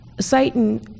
Satan